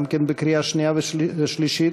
גם כן בקריאה שנייה ובקריאה שלישית.